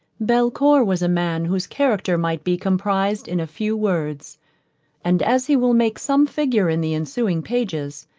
belcour was a man whose character might be comprised in a few words and as he will make some figure in the ensuing pages,